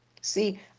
See